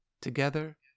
Together